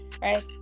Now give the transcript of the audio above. right